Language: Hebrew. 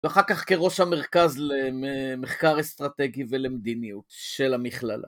ואחר כך כראש המרכז למחקר אסטרטגי ולמדיניות של המכללה.